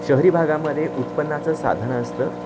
शहरी भागामध्ये उत्पन्नाचं साधन असतं